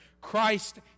Christ